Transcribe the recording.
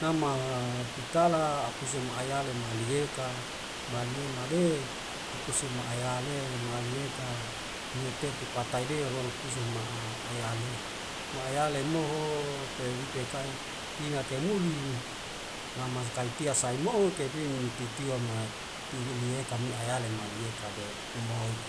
Nama pitala apuse ma'ayale malieka malie made apuse ma'ayale malieka mnuetutuk patai deogon pusing ma a ayale ma'ayale mo ho peli pekaing tina kaimudin namas kaitia saemo'o kepim mi titiwa mat'ti ileaka me ayale malieka dek moi